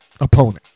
opponent